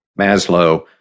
Maslow